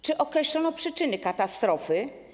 Czy określono przyczyny katastrofy?